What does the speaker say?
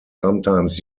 sometimes